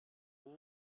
vous